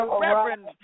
Reverend